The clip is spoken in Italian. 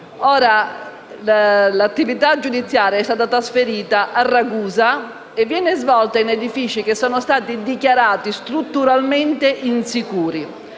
L'attività giudiziaria è stata trasferita a Ragusa e viene svolta in edifici che sono stati dichiarati strutturalmente insicuri.